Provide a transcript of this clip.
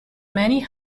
many